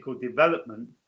development